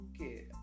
okay